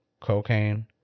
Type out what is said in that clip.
cocaine